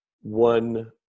one